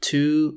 Two